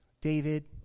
David